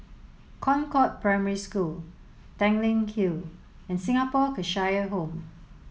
Concord Primary School Tanglin Hill and Singapore Cheshire Home